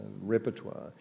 repertoire